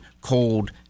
cold